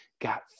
got